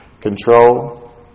Control